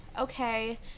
okay